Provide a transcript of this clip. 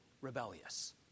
rebellious